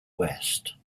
west